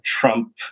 Trump